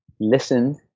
listened